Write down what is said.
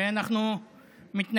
הרי אנחנו מתנגדים,